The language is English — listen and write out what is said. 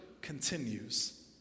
continues